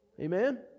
Amen